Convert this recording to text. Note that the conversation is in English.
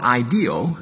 ideal